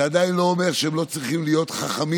זה עדיין לא אומר שהם לא צריכים להיות חכמים,